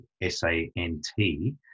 S-A-N-T